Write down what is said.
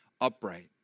upright